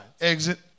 exit